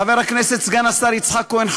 חבר הכנסת סגן השר יצחק כהן,